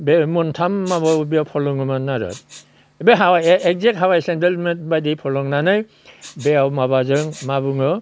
बे मोनथाम माबायाव बियाफल दङमोन आरो बे हावाइया एकजेक्ट हावाइ सेनदेलमोनबायदि फलंनानै बेयाव माबाजों मा बुङो